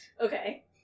Okay